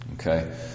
Okay